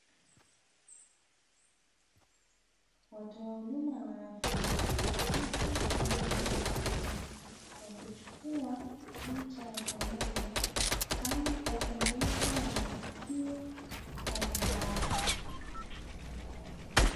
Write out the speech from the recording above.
Watoa huduma wa afya wa kike pamoja na wa kiume, wakichukua picha ya pamoja kama ukumbusho wa matukio mbalimbali.